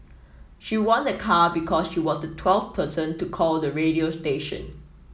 she won a car because she was the twelfth person to call the radio station